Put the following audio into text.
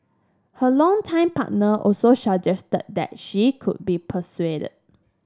her longtime partner also suggested that she could be persuaded